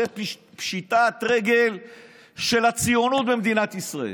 זו פשיטת רגל של הציונות במדינת ישראל.